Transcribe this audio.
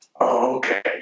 okay